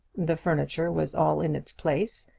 the furniture was all in its place,